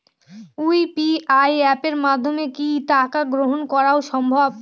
UPI অ্যাপের মাধ্যমে কি টাকা গ্রহণ করাও সম্ভব?